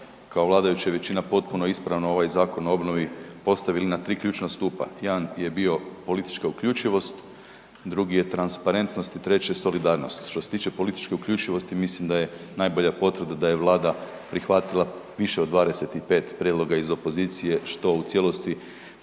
kao vladajuća većina potpuno ispravo ovaj Zakon o obnovi postavili na 3 ključna stupa. Jedan je bio politička uključivost, drugi je transparentnost i treći je solidarnost. Što se tiče političke uključivosti mislim da je najbolja potvrda da je Vlada prihvatila više od 25 prijedloga iz opozicije što u cijelosti,